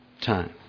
time